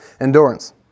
endurance